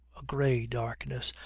a grey darkness,